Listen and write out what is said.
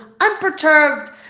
unperturbed